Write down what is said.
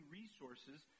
resources